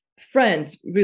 friends